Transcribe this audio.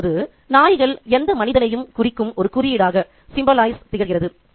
இப்போது நாய்கள் எந்த மனிதனையும் குறிக்கும் ஒரு குறியீடாக திகழ்கிறது